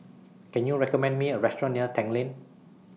Can YOU recommend Me A Restaurant near Tanglin